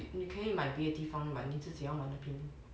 你可以买别的地方 but 你自己要买那边